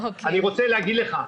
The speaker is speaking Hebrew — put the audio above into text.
אני רוצה להגיד לך,